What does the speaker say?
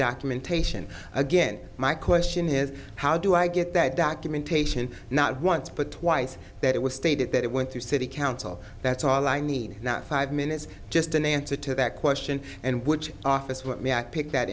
documentation again my question is how do i get that documentation not once but twice that it was stated that it went through city council that's all i need not five minutes just an answer to that question and which office with me i pick that